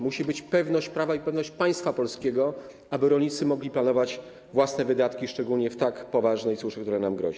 Musi być pewność prawa i pewność państwa polskiego, aby rolnicy mogli planować własne wydatki, szczególnie podczas tak poważnej suszy, która nam grozi.